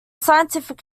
scientific